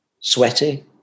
sweaty